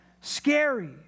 scary